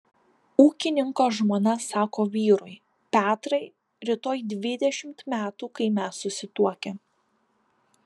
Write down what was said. ūkininko žmona sako vyrui petrai rytoj dvidešimt metų kai mes susituokę